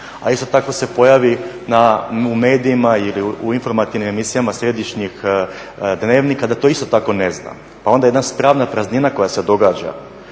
A isto tako se pojavi u medijima ili u informativnim emisijama središnjih dnevnika da to isto tako ne zna. Pa onda jedna pravna praznina koja se događa